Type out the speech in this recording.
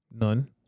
None